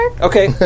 Okay